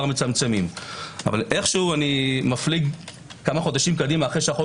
מצמצמים אבל איכשהו אני מפליג כמה חודשים קדימה אחרי שהחוק